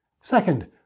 Second